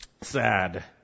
sad